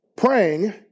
Praying